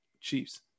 Chiefs